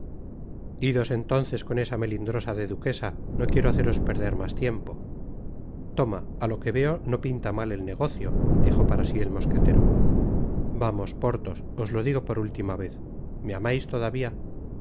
idos entonces con esa melindrosa de duquesa no quiero haceros perder mas tiempo toma i á lo que veo no pinta mal el negocio dijo para si et mosquetero vamos porthos os lo digo por última vez me amais todavia